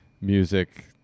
Music